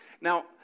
Now